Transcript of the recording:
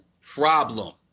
problem